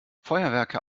feuerwerke